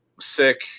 sick